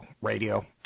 Radio